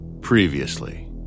Previously